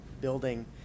building